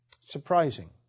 Surprising